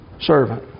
servant